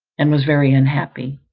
and was very unhappy.